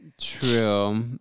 True